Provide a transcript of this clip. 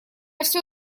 все